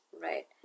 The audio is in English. Right